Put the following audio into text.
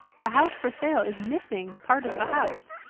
the house for sale is missing part of the house.